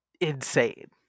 insane